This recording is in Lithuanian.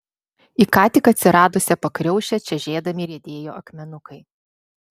į ką tik atsiradusią pakriaušę čežėdami riedėjo akmenukai